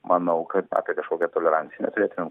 manau kad apie kažkokią toleranciją neturėtumėm